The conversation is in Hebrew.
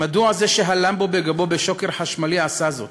מדוע זה שהלם בו בגבו בשוקר חשמלי עשה זאת,